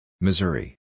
Missouri